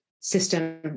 system